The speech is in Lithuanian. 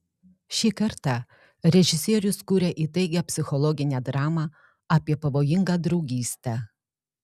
šį kartą režisierius kuria įtaigią psichologinę dramą apie pavojingą draugystę